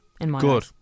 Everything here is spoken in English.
Good